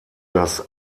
das